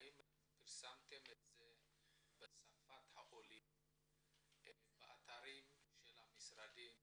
האם פרסמתם את ההוראות בשפת העולים באתרים של המשרדים,